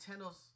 Nintendo's